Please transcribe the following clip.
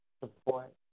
support